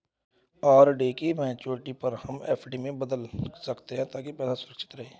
RD की maturity पर हम एफ.डी में बदल सकते है ताकि पैसे सुरक्षित रहें